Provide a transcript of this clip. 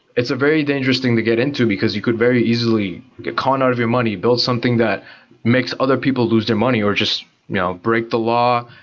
it's a very dangerous thing to get into, because you could very easily get caught out of your money, build something that makes other people lose their money, or just you know break the law,